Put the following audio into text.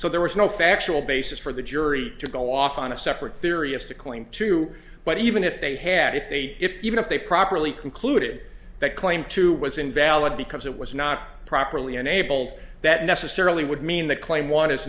so there was no factual basis for the jury to go off on a separate theory as to cling to but even if they had if they if even if they properly concluded that claim two was invalid because it was not properly enabled that necessarily would mean the claim